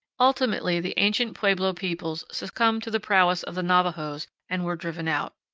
intimately the ancient pueblo peoples succumbed to the prowess of the navajos and were driven out.